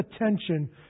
attention